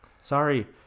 Sorry